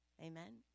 Amen